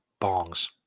Bongs